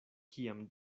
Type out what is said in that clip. kiam